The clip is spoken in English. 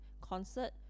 Concert